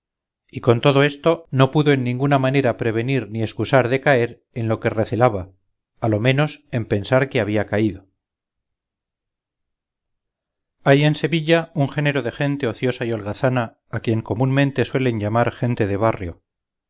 y con todo esto no pudo en ninguna manera prevenir ni escusar de caer en lo que recelaba a lo menos en pensar que había caído hay en sevilla un género de gente ociosa y holgazana a quien comúnmente suelen llamar gente de barrio